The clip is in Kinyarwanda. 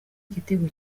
igitego